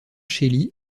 chély